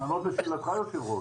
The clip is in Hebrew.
לענות לשאלתך, היושב-ראש?